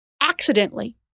accidentally